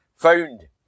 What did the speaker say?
found